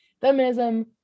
feminism